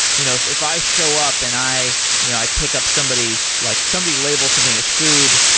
you know if if i show up and i you know i pick up somebody's, like somebody label something is food,